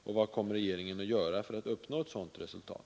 Och vad kommer regeringen att göra för att uppnå ett sådant resultat?